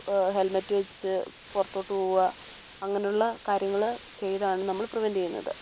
helmet വെച്ച് പുറത്തോട്ട് പോവുക അങ്ങനെയുള്ള കാര്യങ്ങൾ ചെയ്താണ് നമ്മൾ പ്രിവെൻറ് ചെയ്യുന്നത്